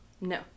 No